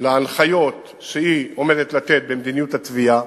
להנחיות שהיא אמורה לתת במדיניות התביעה.